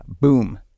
boom